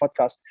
podcast